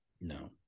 no